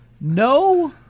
No